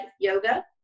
yoga